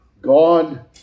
God